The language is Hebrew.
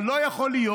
אבל לא יכול להיות